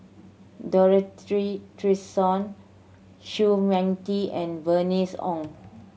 Dorothy Tessensohn Chua Mia Tee and Bernice Ong